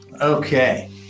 okay